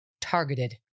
targeted